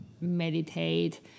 meditate